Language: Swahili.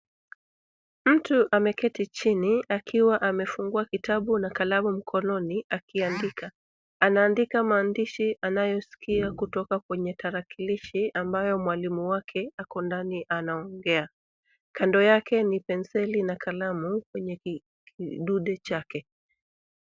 Mtu ameketi chini akiwa amefungua kitabu na kalamu mkononi akiandika. Anaandika maandishi anayosikia kutoka kwenye tarakilishi ambayo mwalimu wake ako ndani anaongea. Kando yake ni penseli na kalamu kwenye kidude chake.